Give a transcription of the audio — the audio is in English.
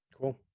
Cool